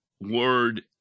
word